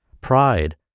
pride